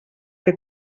què